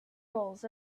rolls